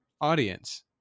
audience